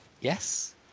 Yes